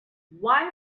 why